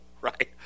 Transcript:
right